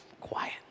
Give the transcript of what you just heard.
quiet